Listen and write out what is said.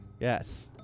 Yes